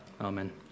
Amen